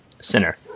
sinner